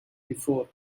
before